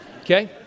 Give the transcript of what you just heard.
Okay